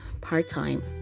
part-time